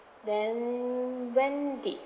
then when did